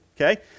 okay